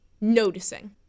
noticing